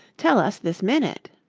tell us this minute.